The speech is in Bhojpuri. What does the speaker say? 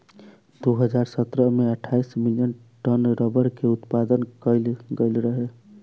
दू हज़ार सतरह में अठाईस मिलियन टन रबड़ के उत्पादन कईल गईल रहे